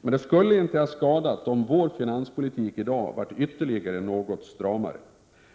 Men det skulle inte ha skadat om vår finanspolitik i dag varit ytterligare något stramare.